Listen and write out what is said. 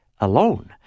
alone